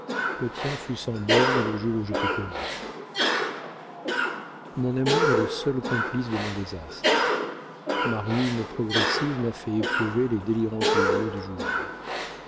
le tien fut sans bornes le jour où je t'ai connue mon amour est le seul complice de mon désastre ma ruine progressive m'a fait éprouver les délirants plaisirs du joueur